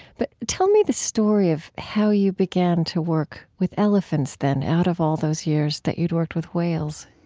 but tell me the story of how you began to work with elephants, then, out of all those years that you'd worked with whales